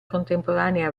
contemporanea